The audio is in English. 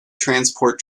transport